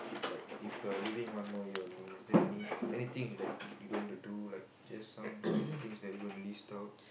like if you are living one more year only is there any anything like you going to do like just some some things that you going to list out